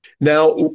Now